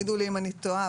תגידו לי אם אני טועה,